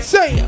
Say